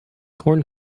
corn